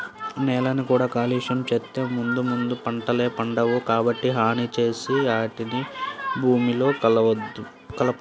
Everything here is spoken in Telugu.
నేలని కూడా కాలుష్యం చేత్తే ముందు ముందు పంటలే పండవు, కాబట్టి హాని చేసే ఆటిని భూమిలో కలపొద్దు